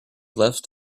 left